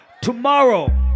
Tomorrow